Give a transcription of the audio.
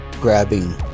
grabbing